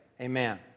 Amen